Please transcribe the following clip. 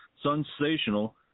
sensational